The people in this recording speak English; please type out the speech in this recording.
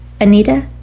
Anita